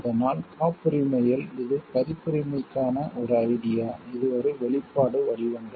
இதனால் காப்புரிமையில் இது பதிப்புரிமைக்கான ஒரு ஐடியா இது ஒரு வெளிப்பாடு வடிவங்கள்